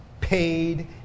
paid